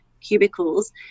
cubicles